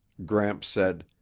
gramps said,